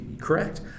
correct